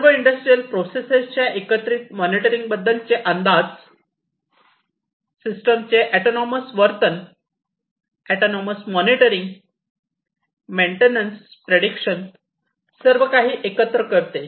या सर्व इंडस्ट्रियल प्रोसेसच्या एकत्रित मॉनिटरिंगचे बरेच अंदाज सिस्टमचे ऑटोनॉमस वर्तन ऑटोनॉमस मॉनिटरिंग मेन्टेनन्स प्रेडिक्शन सर्वकाही एकत्र करते